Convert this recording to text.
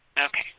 Okay